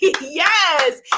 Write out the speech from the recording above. Yes